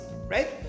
right